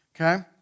okay